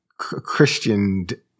Christianed